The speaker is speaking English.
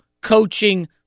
coaching